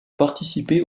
participer